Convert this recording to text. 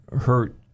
hurt